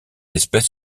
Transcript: espèce